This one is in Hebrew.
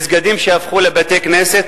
מסגדים שהפכו לבתי-כנסת,